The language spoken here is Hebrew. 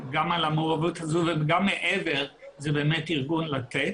גם על המעורבות הזו וגם מעבר זה ארגון לתת